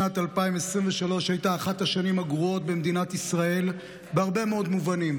שנת 2023 הייתה אחת השנים הגרועות במדינת ישראל בהרבה מאוד מובנים,